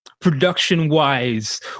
production-wise